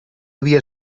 havia